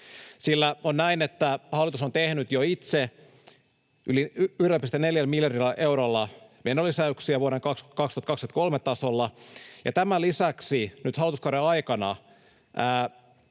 huolta. On niin, että hallitus on tehnyt jo itse yli 1,4 miljardilla eurolla menolisäyksiä vuoden 2023 tasolla ja tämän lisäksi nyt hallituskauden aikana